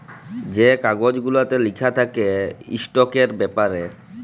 যে কাগজ গুলাতে লিখা থ্যাকে ইস্টকের ব্যাপারে